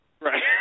Right